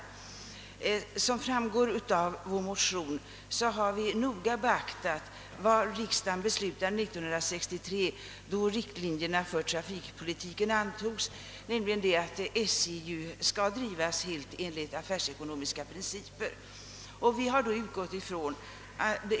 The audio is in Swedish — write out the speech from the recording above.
Som framgår av vår motion har vi noga beaktat vad riksdagen beslutade 1963, då riktlinjerna för trafikpolitiken antogs, nämligen att SJ skall drivas helt enligt affärsekonomiska principer.